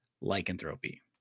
lycanthropy